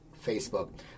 Facebook